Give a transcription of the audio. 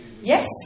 Yes